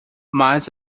mas